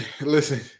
listen